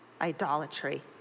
idolatry